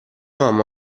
mamma